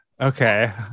Okay